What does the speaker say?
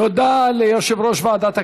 תודה ליושב-ראש ועדת הכנסת,